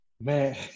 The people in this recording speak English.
man